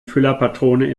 füllerpatrone